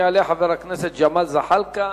יעלה חבר הכנסת ג'מאל זחאלקה,